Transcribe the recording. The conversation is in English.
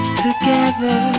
together